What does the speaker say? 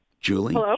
Julie